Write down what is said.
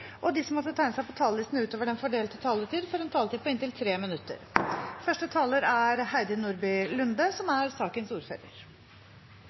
og de som måtte tegne seg på talerlisten utover den fordelte taletid, får en taletid på inntil 3 minutter.